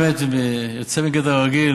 זה באמת יוצא מגדר הרגיל,